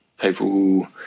people